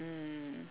mm